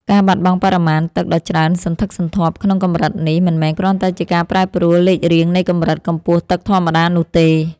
ការបាត់បង់បរិមាណទឹកដ៏ច្រើនសន្ធឹកសន្ធាប់ក្នុងកម្រិតនេះ មិនមែនគ្រាន់តែជាការប្រែប្រួលលេខរៀងនៃកម្រិតកម្ពស់ទឹកធម្មតានោះទេ។